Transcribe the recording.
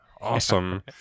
awesome